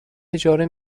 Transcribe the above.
اجاره